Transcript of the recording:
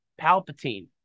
Palpatine